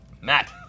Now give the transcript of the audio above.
Matt